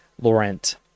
Laurent